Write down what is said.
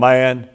Man